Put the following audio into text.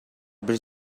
бир